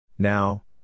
Now